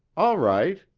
all right,